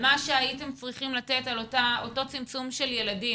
שהייתם צריכים לתת על אותו צמצום במספר הילדים,